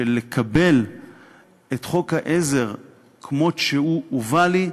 לקבל את חוק העזר כמות שהוא הובא לי.